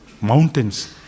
mountains